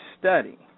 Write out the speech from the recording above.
study